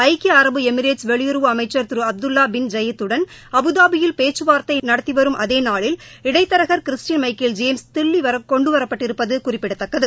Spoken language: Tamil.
ஐக்கிய அரபு எமிரேட்ஸ் வெளியுறவு அமைச்சா் திரு அப்துல்லா பின் ஜாயித் வுடன் அபுதாபியில் பேச்சுவார்த்தை நடத்தி வரும் அதே நாளில் இடைத்தரகள் கிறிஸ்டியன் மைக்கேல் ஜேம்ஸ் தில்லி கொண்டுவரப்பட்டிருப்பது குறிப்பிடத்தக்கது